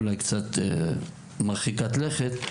אולי קצת מרחיקת לכת,